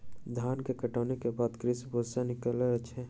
धान के कटनी के बाद कृषक भूसा निकालै अछि